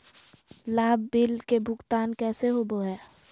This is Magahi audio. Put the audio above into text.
लाभ बिल के भुगतान कैसे होबो हैं?